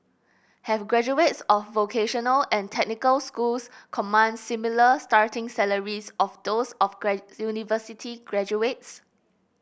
have graduates of vocational and technical schools command similar starting salaries of those of university graduates